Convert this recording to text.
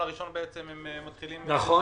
וב-1.1 הם מתחילים -- נכון.